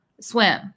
swim